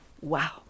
Wow